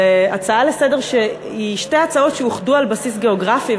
זו הצעה לסדר-היום שהיא שתי הצעות שאוחדו על בסיס גיאוגרפי,